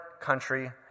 country